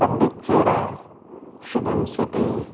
Pandit Kheda Shubham city